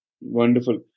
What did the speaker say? Wonderful